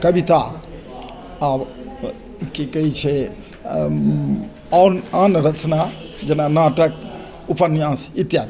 कविता आब कि कहै छै आन आन रचना जेना नाटक उपन्यास इत्यादि